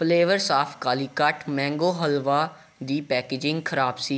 flavours of Calicut mango halwa ਦੀ packaging ਖਰਾਬ ਸੀ